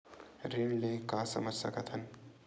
ऋण ले का समझ सकत हन?